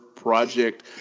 project